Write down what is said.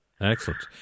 Excellent